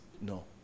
No